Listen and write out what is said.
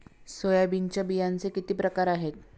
सोयाबीनच्या बियांचे किती प्रकार आहेत?